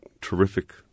terrific